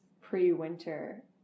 pre-winter